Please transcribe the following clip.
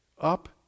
up